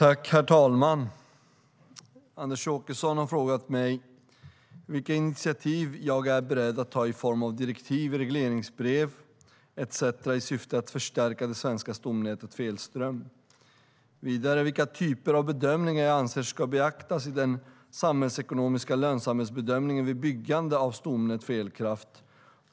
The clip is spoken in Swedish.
Herr talman! Anders Åkesson har frågat mig vilka initiativ jag är beredd att ta i form av direktiv i regleringsbrev etcetera i syfte att förstärka det svenska stomnätet för elström. Han har vidare frågat mig vilka typer av bedömningar jag anser ska beaktas i den samhällsekonomiska lönsamhetsbedömningen vid byggande av stomnät för elkraft.